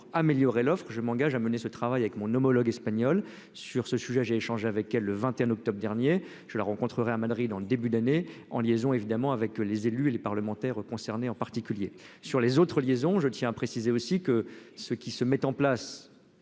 pour améliorer l'offre, je m'engage à mener ce travail avec mon homologue espagnol sur ce sujet, j'ai échangé avec elle le 21 octobre dernier je la rencontrerai à Madrid en début d'année en liaison évidemment avec les élus et les parlementaires concernés, en particulier sur les autres liaisons, je tiens à préciser aussi que ceux qui se mettent en place,